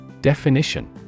Definition